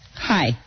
Hi